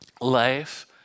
life